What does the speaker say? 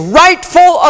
rightful